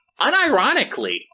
unironically